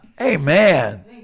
amen